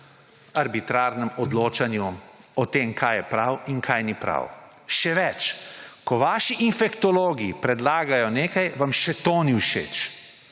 arbitrarnem odločanju o tem, kaj je prav in kaj ni prav. Še več, ko vaši infektologi predlagajo nekaj, vam še to ni všeč